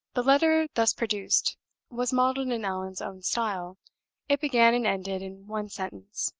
the letter thus produced was modeled in allan's own style it began and ended in one sentence.